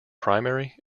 primary